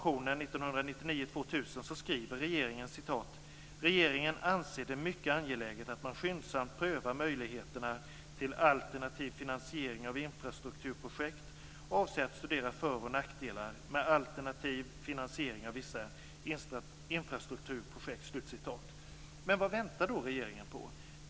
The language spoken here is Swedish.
I "Regeringen anser det mycket angeläget att man skyndsamt prövar möjligheterna till alternativ finansiering av infrastrukturprojekt och avser att studera för och nackdelar med alternativ finansiering av vissa infrastrukturprojekt." Vad väntar då regeringen på?